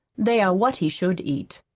they are what he should eat,